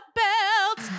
belt